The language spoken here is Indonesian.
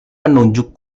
menunjuk